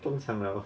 中场 liao lor